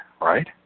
right